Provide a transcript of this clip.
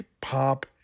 Pop